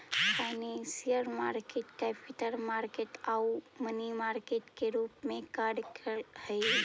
financial market capital market आउ money market के रूप में कार्य करऽ हइ